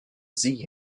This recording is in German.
sie